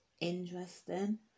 interesting